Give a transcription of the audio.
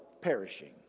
perishing